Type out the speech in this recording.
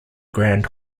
grand